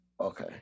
okay